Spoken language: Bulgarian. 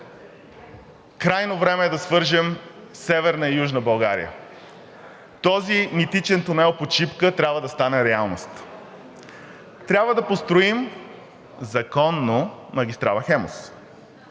Крайно време е да свържем Северна и Южна България. Този митичен тунел под Шипка трябва да стане реалност. Трябва да построим – законно! – магистрала „Хемус“.